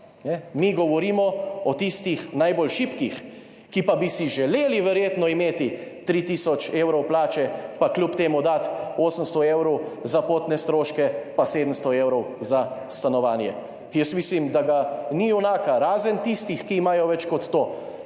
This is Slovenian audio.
Mi govorimo o tistih najbolj šibkih, ki pa bi si verjetno želeli imeti 3 tisoč evrov plače pa kljub temu dati 800 evrov za potne stroške pa 700 evrov za stanovanje. Mislim, da ga ni junaka, razen tistih, ki imajo več kot to,